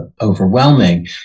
overwhelming